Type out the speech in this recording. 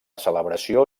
celebració